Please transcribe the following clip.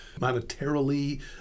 monetarily